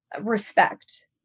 respect